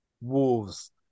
Wolves